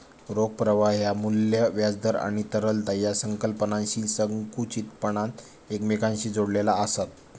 रोख प्रवाह ह्या मू्ल्य, व्याज दर आणि तरलता या संकल्पनांशी संकुचितपणान एकमेकांशी जोडलेला आसत